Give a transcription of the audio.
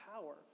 power